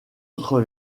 autre